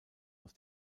aus